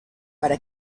para